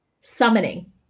Summoning